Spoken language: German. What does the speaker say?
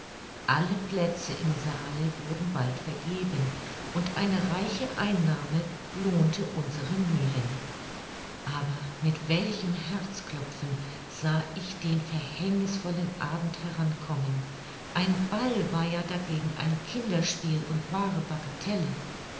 alle plätze im saale wurden bald vergeben und eine reiche einnahme lohnte unsere mühen aber mit welchem herzklopfen sah ich den verhängnißvollen abend herankommen ein ball war ja dagegen ein kinderspiel und wahre bagatelle